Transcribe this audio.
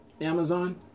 Amazon